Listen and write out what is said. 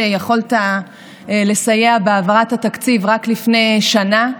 שיכולת לסייע בהעברת התקציב רק לפני שנה,